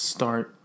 Start